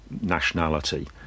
nationality